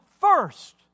first